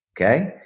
Okay